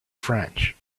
french